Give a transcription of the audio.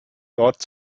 dort